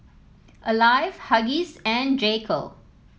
Alive Huggies and J Co